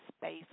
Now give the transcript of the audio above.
space